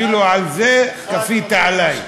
אפילו את זה כפית עלי.